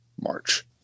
march